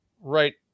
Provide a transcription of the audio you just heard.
right